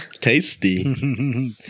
Tasty